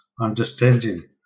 understanding